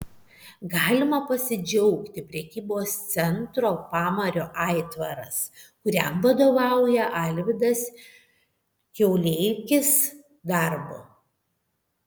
galima pasidžiaugti prekybos centro pamario aitvaras kuriam vadovauja alvydas kiauleikis darbu